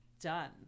done